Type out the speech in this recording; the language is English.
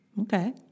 Okay